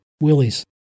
Willie's